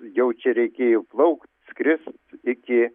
jau čia reikėjo plaukt skrist iki